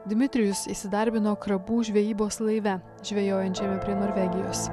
dmitrijus įsidarbino krabų žvejybos laive žvejojančiame prie norvegijos